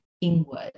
inward